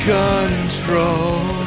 control